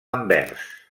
anvers